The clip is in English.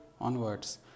onwards